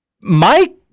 Mike